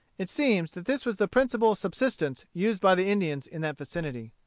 it seems that this was the principal subsistence used by the indians in that vicinity.